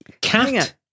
cat